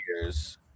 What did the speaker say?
years